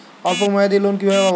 অল্প মেয়াদি লোন কিভাবে পাব?